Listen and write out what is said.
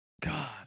god